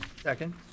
Second